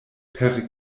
per